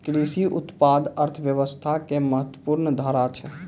कृषि उत्पाद अर्थव्यवस्था के महत्वपूर्ण आधार छै